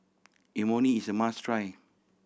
Imoni is a must try